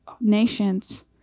nations